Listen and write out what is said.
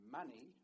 money